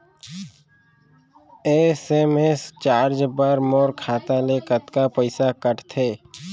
SMS charge बर मोर खाता ले कतका पइसा कटथे?